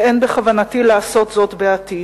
ואין בכוונתי לעשות זאת בעתיד,